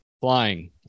Flying